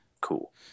cool